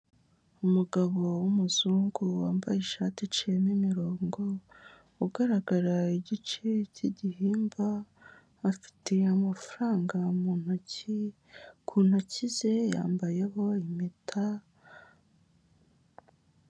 Umugabo w'umuzungu wambaye ishati iciyemo imirongo, ugaragara igice cy'igihimba, afite amafaranga mu ntoki, ku ntoki ze yambayeho impeta.